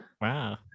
Wow